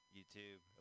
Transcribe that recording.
YouTube